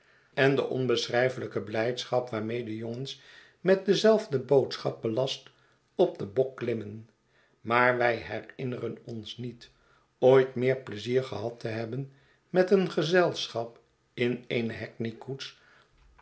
en de onbeschrijfelijke blijdschap waarmede jongens met dezelfde boodschap belast op den bok klimmen maar wij herinneren ons niet ooit meer pleizier gehad te hebben met een gezelschap in eene